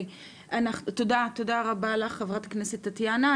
תודה רבה לך חברת הכנסת טטיאנה.